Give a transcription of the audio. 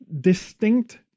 distinct